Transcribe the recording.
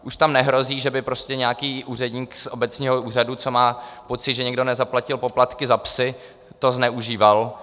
Už tam nehrozí, že by prostě nějaký úředník z obecního úřadu, který má pocit, že někdo nezaplatil poplatky za psy, to zneužíval.